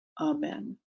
Amen